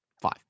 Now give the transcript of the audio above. Five